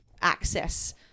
access